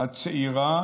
הצעירה